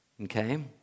okay